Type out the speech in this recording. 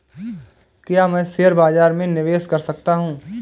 क्या मैं शेयर बाज़ार में निवेश कर सकता हूँ?